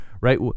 right